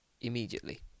immediately